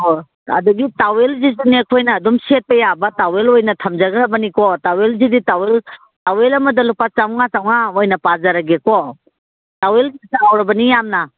ꯍꯣꯏ ꯑꯗꯁꯨ ꯇꯥꯋꯦꯜꯁꯤꯁꯨꯅꯦ ꯑꯩꯈꯣꯏꯅ ꯑꯗꯨꯝ ꯁꯦꯠꯄ ꯌꯥꯕ ꯇꯥꯋꯦꯜ ꯑꯣꯏꯅ ꯊꯝꯖꯒ꯭ꯔꯕꯅꯤꯀꯣ ꯇꯥꯋꯦꯜꯁꯤꯗꯤ ꯇꯥꯋꯦꯜ ꯑꯃꯗ ꯂꯨꯄꯥ ꯆꯥꯝꯃꯉꯥ ꯆꯥꯝꯃꯉꯥ ꯑꯣꯏꯅ ꯄꯥꯖꯔꯒꯦꯀꯣ ꯇꯥꯋꯦꯜꯁꯤ ꯆꯥꯎꯔꯕꯅꯤ ꯌꯥꯝꯅ